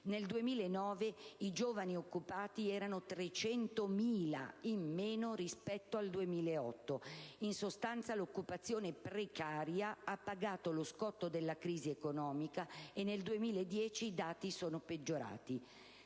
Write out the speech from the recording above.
nel 2009 i giovani occupati erano 300.000 in meno rispetto al 2008. In sostanza, l'occupazione precaria ha pagato lo scotto della crisi economica e nel 2010 i dati sono peggiorati.